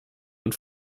und